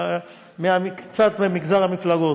קצת ממגזר המפלגות.